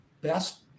best